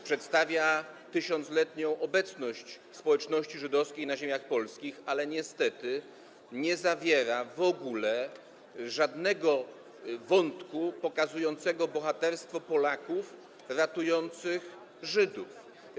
Przedstawia ona 1000-letnią obecność społeczności żydowskiej na ziemiach polskich, ale niestety w ogóle nie zawiera żadnego wątku pokazującego bohaterstwo Polaków ratujących Żydów.